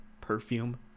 perfume